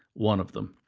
one of them.